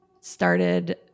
started